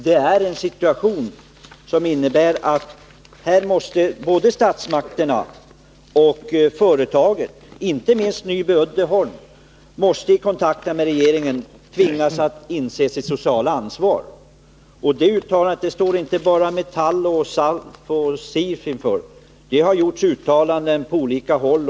Det är en situation som innebär att både statsmakterna och företaget — inte minst Nyby Uddeholm — i kontakt med regeringen måste tvingas inse sitt sociala ansvar. Det uttalandet står inte bara Metall, SALF och SIF för, utan det har gjorts uttalanden på olika håll.